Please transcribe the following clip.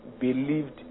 believed